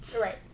Right